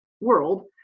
world